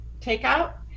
takeout